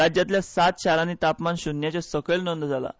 राज्यांतल्या सात शारांनी तापमान श्र्न्याचे सकयल नोंद जालां